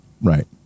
Right